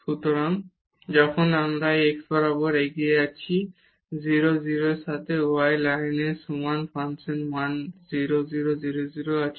সুতরাং যখন আমরা এই x বরাবর এগিয়ে আসছি এই 0 0 এর দিকে y লাইনের সমান ফাংশন মান 0 0 0 0 আছে